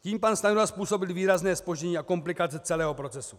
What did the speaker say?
Tím pan Stanjura způsobil výrazné zpoždění a komplikaci celého procesu.